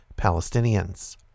Palestinians